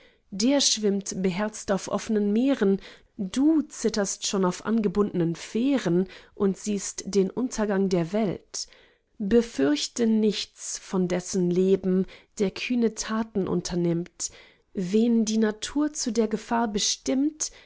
der schwimmt beherzt auf offnen meeren du zitterst schon auf angebundnen fähren und siehst den untergang der welt befürchte nichts vor dessen leben der kühne taten unternimmt wen die natur zu der gefahr bestimmt